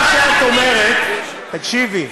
מה שאת אומרת, תקשיבי.